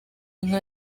inka